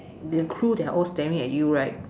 the crew they are all staring at you right